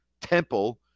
Temple